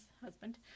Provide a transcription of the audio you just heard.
husband